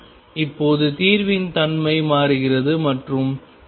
இப்போது தீர்வின் தன்மை மாறுகிறது மற்றும் எல்லையில் xL2